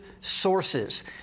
sources